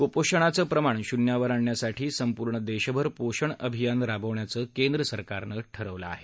कुपोषणाचं प्रमाण शून्यावर आणण्यासाठी संपूर्ण देशभर पोषण अभियान राबवण्याचं केंद्र सरकारनं ठरवलं आहे